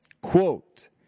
Quote